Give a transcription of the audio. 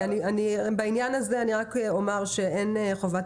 בעניין הזה אני רק אומר שאין חובת